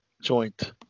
joint